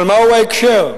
אבל מהו ההקשר?